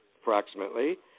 approximately